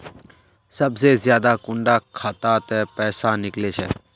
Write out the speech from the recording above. सबसे ज्यादा कुंडा खाता त पैसा निकले छे?